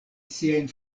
siajn